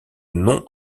nom